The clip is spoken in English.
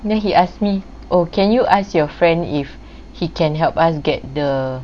then he asked me oh can you ask your friend if he can help us get the